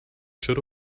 چرا